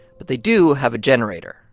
but they do have a generator.